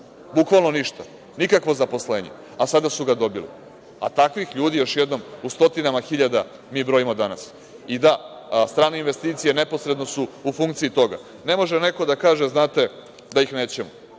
bukvalno ništa. Nikakvo zaposlenje, a sada su ga dobili, a takvih ljudi u stotinama hiljada mi brojimo danas. I, da, strane investicije su neposredno u funkciji toga. Ne može neko da kaže - znate, da ih nećemo.